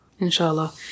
Inshallah